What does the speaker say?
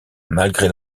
malgré